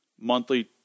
monthly